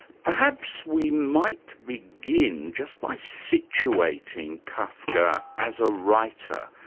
perhaps we might begin just by situating kafka as a writer.